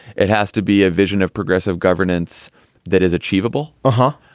it has to be a vision of progressive governance that is achievable huh?